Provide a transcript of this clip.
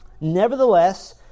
Nevertheless